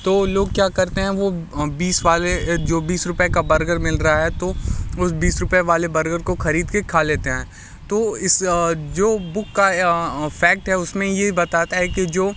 तो लोग क्या करते हैं वो बीस वाले जो बीस रूपये का बर्गर मिल रहा है तो उस बीस रूपए वाले बर्गर को ख़रीद के खा लेते हैं तो इस जो बुक का फैक्ट है उसमें ये बताता है कि जो